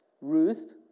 Ruth